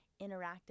interactive